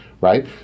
right